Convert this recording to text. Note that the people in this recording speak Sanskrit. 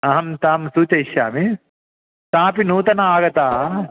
अहं तां सूचयिष्यामि सापि नूतना आगता